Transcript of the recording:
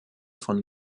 von